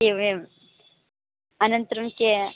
एवम् एवम् अनन्तरं के